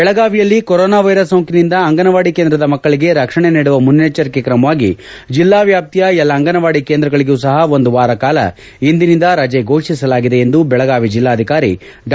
ಬೆಳಗಾವಿಯಲ್ಲಿ corona virus ಸೋಂಕಿನಿಂದ ಅಂಗನವಾಡಿ ಕೇಂದ್ರದ ಮಕ್ಕಳಿಗೆ ರಕ್ಷಣೆ ನೀಡುವ ಮುನ್ನೆಚ್ಚರಿಕೆ ಕ್ರಮವಾಗಿ ಜಿಲ್ಲಾ ವ್ಯಾಪ್ತಿಯ ಎಲ್ಲ ಅಂಗನವಾಡಿ ಕೇಂದ್ರಗಳಿಗೂ ಸಹ ಒಂದು ವಾರ ಕಾಲ ಇಂದಿನಿಂದ ರಜೆ ಘೋಷಿಸಲಾಗಿದೆ ಎಂದು ದೆಳಗಾವಿ ಜಿಲ್ಲಾಧಿಕಾರಿ ಡಾ